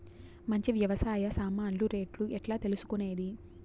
మంచి వ్యవసాయ సామాన్లు రేట్లు ఎట్లా తెలుసుకునేది?